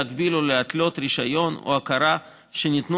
להגביל או להתלות רישיון או הכרה שניתנו